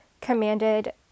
commanded